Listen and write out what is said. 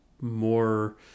more